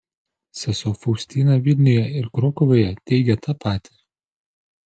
sesuo faustina vilniuje ir krokuvoje teigė tą patį